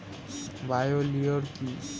Bio লিওর কি?